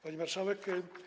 Pani Marszałek!